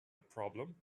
problem